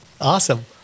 Awesome